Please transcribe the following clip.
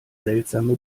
seltsame